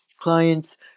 clients